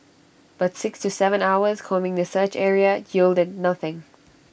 but six to Seven hours combing the search area yielded nothing